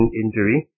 injury